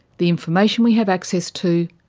the information we have access to,